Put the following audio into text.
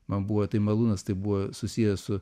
man buvo tai malūnas tai buvo susiję su